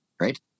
right